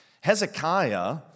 Hezekiah